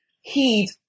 heed